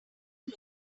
new